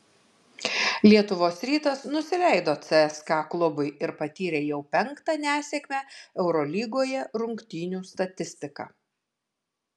lietuvos rytas nusileido cska klubui ir patyrė jau penktą nesėkmę eurolygoje rungtynių statistika